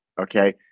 okay